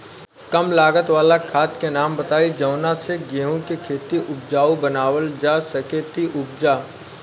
कम लागत वाला खाद के नाम बताई जवना से गेहूं के खेती उपजाऊ बनावल जा सके ती उपजा?